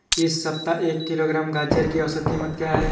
इस सप्ताह एक किलोग्राम गाजर की औसत कीमत क्या है?